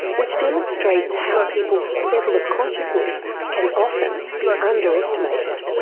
which demonstrates how people's level of consciousness can often be underestimated.